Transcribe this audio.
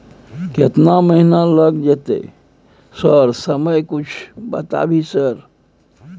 केतना महीना लग देतै सर समय कुछ बता भी सर?